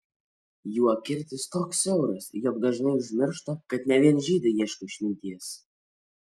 jų akiratis toks siauras jog dažnai užmiršta kad ne vien žydai ieško išminties